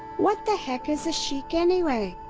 what the heck is a sheik, anyway?